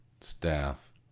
staff